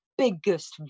biggest